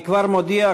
אני כבר מודיע,